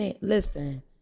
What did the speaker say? Listen